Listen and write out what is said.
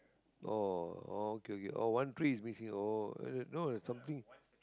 oh oh okay okay oh one tree is missing oh uh no no something